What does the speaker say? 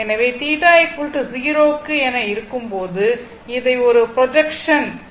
எனவே θ 0 க்கு என இருக்கும்போது அதை ஒரு ப்ரொஜெக்ஷன் ஆக மாற்றவும்